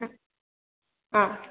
ಹಾಂ ಹಾಂ